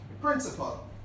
principal